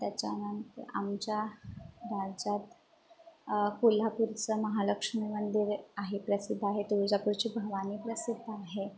त्याच्यानं आमच्या यांच्यात कोल्हापूरचं महालक्ष्मी मंदिर आहे प्रसिद्ध आहे तुळजापूरची भवानी प्रसिद्ध आहे